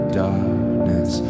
darkness